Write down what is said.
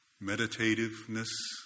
meditativeness